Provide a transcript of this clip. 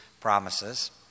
promises